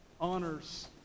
honors